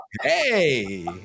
Hey